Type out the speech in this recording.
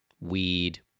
weed